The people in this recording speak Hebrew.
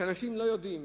שאנשים לא יודעים